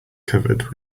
covered